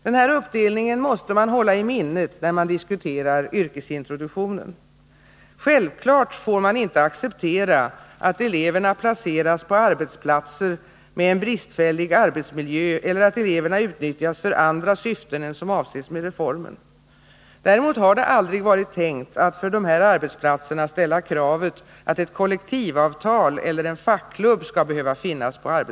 Den här uppdelningen måste man hålla i minnet när man diskuterar yrkesintroduktionen. Självfallet får man inte acceptera att eleverna placeras på arbetsplatser med bristfällig arbetsmiljö, eller att eleverna utnyttjas för andra syften än dem som avses med reformen. Däremot har det aldrig varit avsikten att man för dessa arbetsplatser skulle kräva att det skall finnas ett kollektivavtal eller en fackklubb.